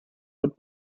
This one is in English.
but